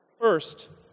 First